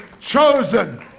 chosen